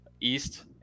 East